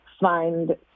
find